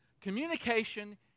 Communication